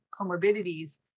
comorbidities